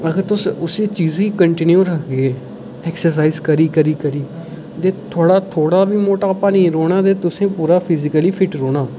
अगर तुस उस गी कांटिन्यू रखगे ऐक्सरसाइज़ करी करी तुसें ई थोह्डा बी मटापा नेईं रौह्ना तुसें पूरा फिज़िकली बी फिट्ट रौह्ना